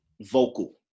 vocal